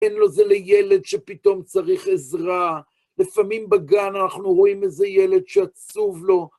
אין לו זה לילד שפתאום צריך עזרה. לפעמים בגן אנחנו רואים איזה ילד שעצוב לו.